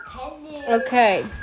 Okay